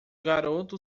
garoto